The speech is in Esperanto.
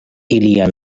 ilia